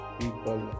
people